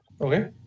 Okay